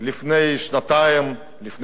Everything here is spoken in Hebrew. שנתיים, לפני שנה,